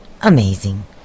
amazing